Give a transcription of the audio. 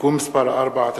(תיקון מס' 4),